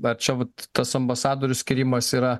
va čia vat tas ambasadorių skyrimas yra